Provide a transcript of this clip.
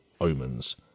omens